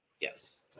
Yes